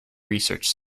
research